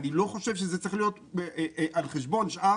אני לא חושב שזה צריך להיות על חשבון שאר